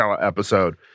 episode